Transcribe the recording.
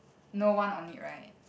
no one on it right